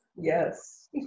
Yes